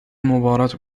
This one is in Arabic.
المباراة